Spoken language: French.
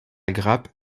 grappe